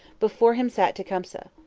before him sat tecumseh.